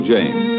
James